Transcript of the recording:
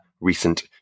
recent